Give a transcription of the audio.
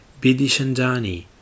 Bidishandani